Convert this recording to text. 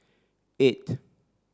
eight